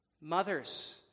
Mothers